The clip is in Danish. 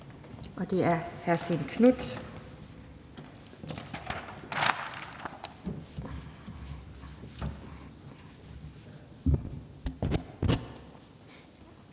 og det er hr. Stén Knuth.